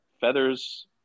feathers